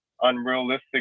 unrealistic